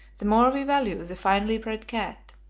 the more we value the finely bred cat.